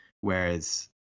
Whereas